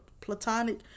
platonic